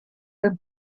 her